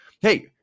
hey